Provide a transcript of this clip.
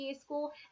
school